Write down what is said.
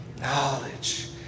Knowledge